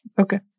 okay